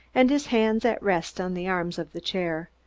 and his hands at rest on the arms of the chair.